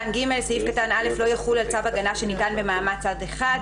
(ג)סעיף קטן (א) לא יחול על צו הגנה שניתן במעמד צד אחד,